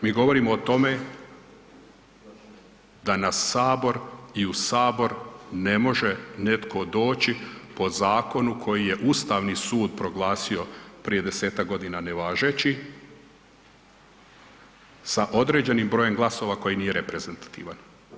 Mi govorimo o tome da na Sabor i u Sabor ne može netko doći po zakonu koji je Ustavni sud proglasio prije 10-ak godina nevažeći sa određenim brojem glasova koji nije reprezentativan.